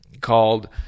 called